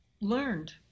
learned